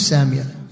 Samuel